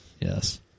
yes